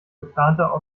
geplanter